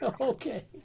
Okay